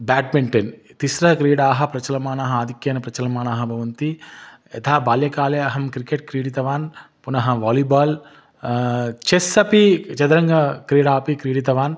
badminton तिस्रः क्रीडाः प्रचाल्यमानाः आधिक्येन प्रचाल्यमानाः भवन्ति यथा बाल्यकाले अहं क्रिकेट् क्रीडितवान् पुनः वालिबाल् चेस्सपि चतुरङ्गक्रीडा अपि क्रीडितवान्